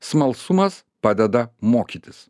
smalsumas padeda mokytis